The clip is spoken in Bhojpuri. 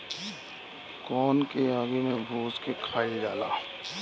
कोन के आगि में भुज के खाइल जाला